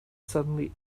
suddenly